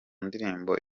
ndirimbo